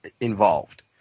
involved